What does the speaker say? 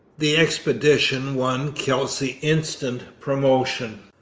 the expedition won kelsey instant promotion.